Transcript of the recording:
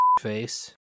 face